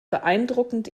beeindruckend